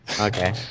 Okay